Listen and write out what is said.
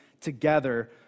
together